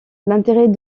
l’intérêt